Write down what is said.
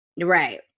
right